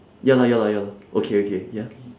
ya lah ya lah ya lah okay okay ya